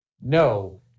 No